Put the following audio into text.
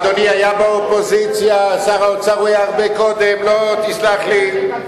שר האוצר היה הרבה קודם, תסלח לי.